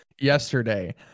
yesterday